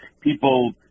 people –